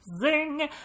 Zing